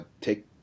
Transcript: take